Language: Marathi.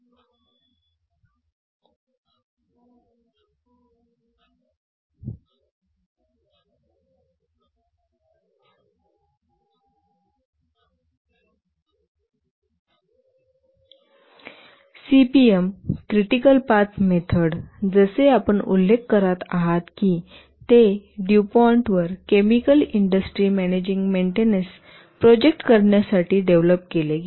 सीपीएम क्रिटिकल पाथ मेथड जसे आपण उल्लेख करत आहात की ते ड्युपॉन्टवर chemical industry managing maintenance project करण्यासाठी डेव्हलप केले गेले